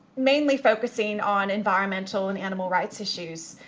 mainly focusing on environmental and animal rights issues.